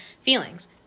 feelings